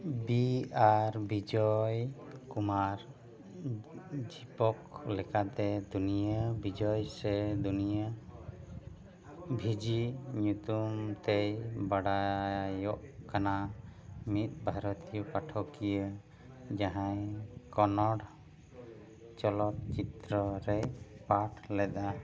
B R Vijay Kumar Deepak ᱞᱮᱠᱟᱛᱮ ᱫᱩᱱᱤᱭᱟᱹ ᱵᱤᱡᱚᱭ ᱥᱮ ᱫᱩᱱᱤᱭᱟᱹ ᱵᱷᱤᱡᱤ ᱧᱩᱛᱩᱢ ᱛᱮ ᱵᱟᱰᱟᱭᱚᱜ ᱠᱟᱱᱟ ᱢᱤᱫ ᱵᱷᱟᱨᱚᱛᱤᱭᱚ ᱯᱟᱴᱷᱚᱠᱤᱭᱟᱹ ᱡᱟᱦᱟᱸᱭ ᱠᱚᱱᱱᱚᱲ ᱪᱚᱞᱚᱛ ᱪᱤᱛᱨᱚ ᱨᱮᱭ ᱯᱟᱴᱷ ᱞᱮᱫᱟ